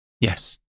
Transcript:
Yes